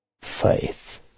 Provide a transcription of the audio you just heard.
faith